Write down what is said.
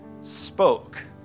spoke